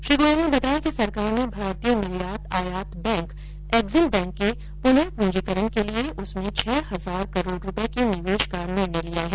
श्री गोयल ने बताया कि सरकार ने भारतीय निर्यात आयात बैंक एग्जिम बैंक के पुनः पूँजीकरण के लिए उसमें छह हजार करोड़ रुपये के निवेश का निर्णय लिया है